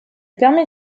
permet